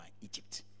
Egypt